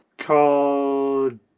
called